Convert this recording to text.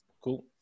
Cool